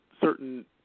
certain –